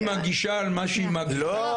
היא מגישה על מה שהיא --- לא,